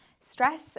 stress